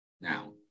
now